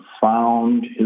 found